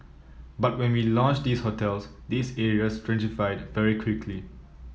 but when we launched these hotels these areas gentrified very quickly